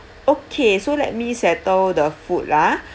okay so let me settle the food lah